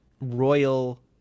Royal